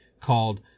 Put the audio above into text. called